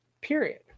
Period